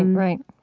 um right